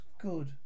good